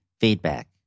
feedback